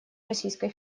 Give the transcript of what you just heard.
российской